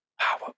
Power